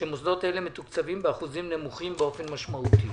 שמוסדות אלה מתוקצבים באחוזים נמוכים באופן משמעותי.